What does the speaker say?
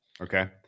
Okay